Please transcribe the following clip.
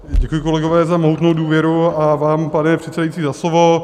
Děkuji, kolegové, za mohutnou důvěru a vám, pane předsedající, za slovo.